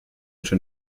schon